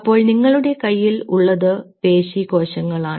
അപ്പോൾ നിങ്ങളുടെ കയ്യിൽ ഉള്ളത് പേശി കോശങ്ങളാണ്